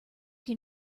can